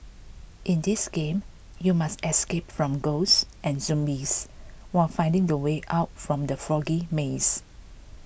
in this game you must escape from ghosts and zombies while finding the way out from the foggy maze